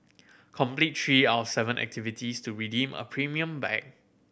complete three out seven activities to redeem a premium bag